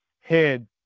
head